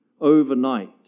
overnight